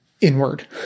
inward